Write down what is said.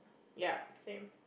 yup same